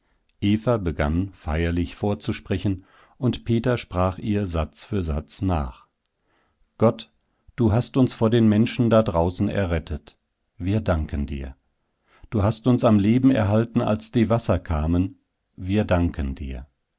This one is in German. eva begann feierlich vorzusprechen und peter sprach ihr satz für satz nach gott du hast uns vor den menschen da draußen errettet wir danken dir du hast uns am leben erhalten als die wasser kamen wir danken dir